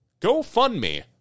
GoFundMe